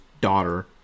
daughter